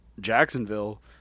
Jacksonville